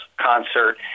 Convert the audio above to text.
concert